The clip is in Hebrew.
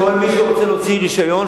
כל מי שרוצה להוציא רשיון,